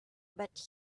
but